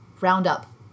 roundup